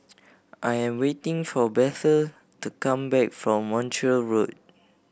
I am waiting for Bethel to come back from Montreal Road